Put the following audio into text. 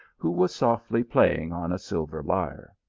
who was softly playing on a silver lyre.